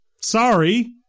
Sorry